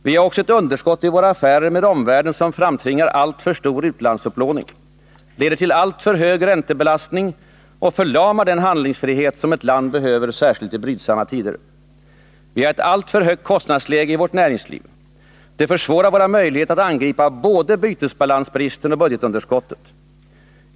Vi har också ett underskott i våra affärer med omvärlden som framtvingar alltför stor utlandsupplåning, leder till alltför hög räntebelastning och förlamar den handlingsfrihet som ett land behöver, särskilt i brydsamma tider. Vi har ett alltför högt kostnadsläge i vårt näringsliv. Det försvårar våra möjligheter att angripa både bytesbalansbristen och budgetunderskottet.